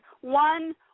one